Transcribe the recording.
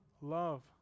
love